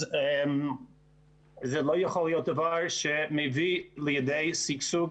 אז זה לא יכול להיות דבר שמביא לידי שגשוג